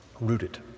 Rooted